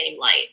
light